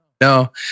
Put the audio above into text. no